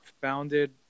founded